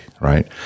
right